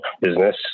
business